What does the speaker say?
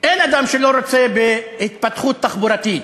אין אדם שלא רוצה בהתפתחות תחבורתית,